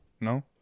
No